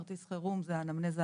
כרטיס חירום זה אמנזיה